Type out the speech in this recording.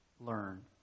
learn